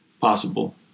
possible